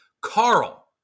Carl